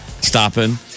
stopping